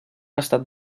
estat